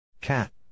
Cat